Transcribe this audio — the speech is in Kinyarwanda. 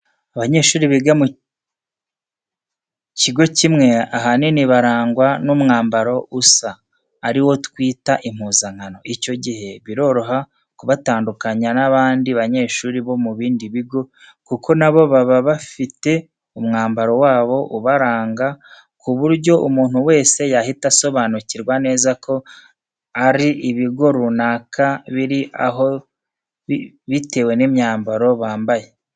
Abanyeshuri biga mu kigo kimwe, ahanini barangwa n'umwambaro usa ari wo twita impuzankano, icyo gihe biroroha ku batandukanya n'abandi banyeshuri bo mu bindi bigo kuko na bo baba bafite umwambaro wabo ubaranga ku buryo umuntu wese yahita asobanukirwa neza ko ari ibigo runaka biri aho bitewe n'imyambaro bambaye.